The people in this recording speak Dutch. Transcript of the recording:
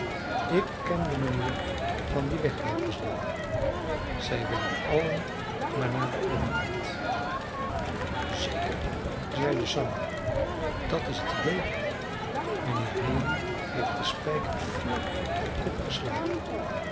ik ken de manier van die wegloopers wel zij willen allen maar naar den overkant zeker zeide sam dat is het idee mijnheer haley heeft den spijker vlak op den kop geslagen